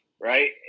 right